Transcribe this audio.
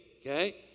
Okay